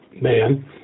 man